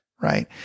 right